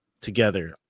together